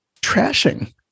trashing